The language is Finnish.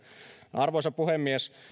arvoisa puhemies